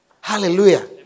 Hallelujah